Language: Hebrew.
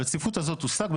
הרציפות הזאת תושג,